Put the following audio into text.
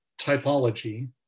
typology